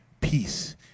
peace